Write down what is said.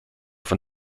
von